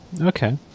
Okay